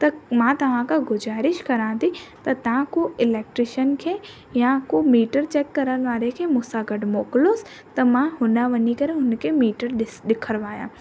त मां तव्हां खां गुज़ारिश करा थी त तव्हां को इलेक्ट्रिशन खे या को मीटर चेक करण वारे खे मूं सां गॾु मोकिलोसि त मां हुते वञी करे हुन खे मीटर ॾिस ॾिखरायां